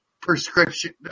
prescription